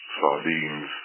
sardines